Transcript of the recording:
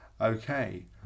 Okay